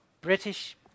British